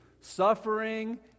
suffering